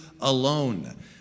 alone